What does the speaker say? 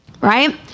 Right